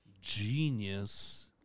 genius